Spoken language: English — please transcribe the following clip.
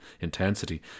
intensity